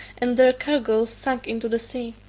and their cargoes sunk into the sea.